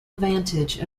advantage